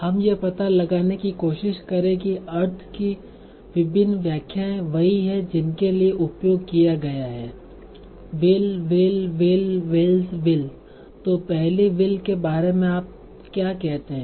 हम यह पता लगाने की कोशिश करें कि अर्थ की विभिन्न व्याख्याएं वही हैं जिनके लिए उपयोग किया गया है will will will will's will तो पहली will के बारे में आप क्या कहते हैं